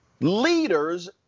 Leaders